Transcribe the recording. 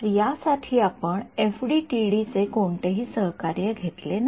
तर यासाठी आपण एफडीटीडी चे कोणतेही सहकार्य घेतले नाही